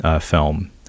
film